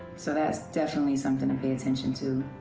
so, that's definitely something to pay attention to.